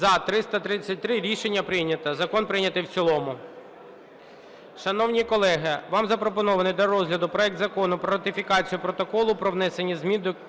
За-333 Рішення прийнято. Закон прийнятий в цілому.